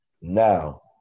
Now